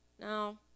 no